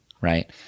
right